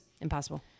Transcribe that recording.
impossible